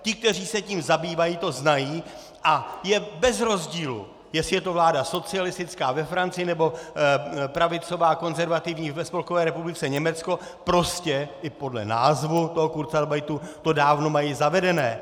Ti, kteří se tím zabývají, to znají, a je bez rozdílu, jestli je to vláda socialistická ve Francii, nebo pravicová konzervativní ve Spolkové republice Německo, prostě i podle názvu toho kurzarbeitu to dávno mají zavedené.